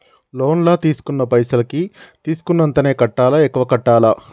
Loan లా తీస్కున్న పైసల్ కి తీస్కున్నంతనే కట్టాలా? ఎక్కువ కట్టాలా?